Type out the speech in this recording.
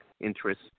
interest